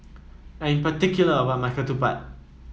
I am particular about my ketupat